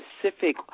specific